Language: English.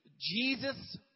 Jesus